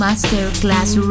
Masterclass